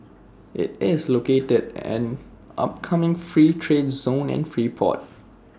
IT is located an upcoming free trade zone and free port